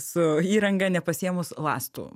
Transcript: su įranga nepasiėmus lastų